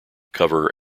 cover